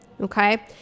Okay